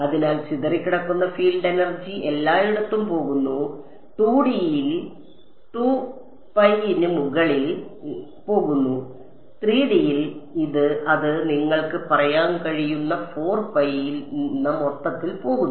അതിനാൽ ചിതറിക്കിടക്കുന്ന field energy എല്ലായിടത്തും പോകുന്നു 2 D ൽ 2 pi ന് മുകളിൽ പോകുന്നു 3 D ൽ അത് നിങ്ങൾക്ക് പറയാൻ കഴിയുന്ന മൊത്തത്തിൽ പോകുന്നു